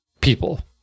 people